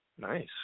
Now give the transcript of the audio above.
nice